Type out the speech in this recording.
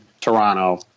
Toronto